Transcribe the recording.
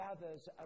gathers